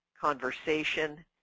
conversation